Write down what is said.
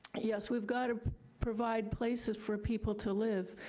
yes, we've gotta provide places for people to live,